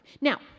Now